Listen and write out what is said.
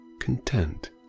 content